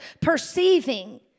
perceiving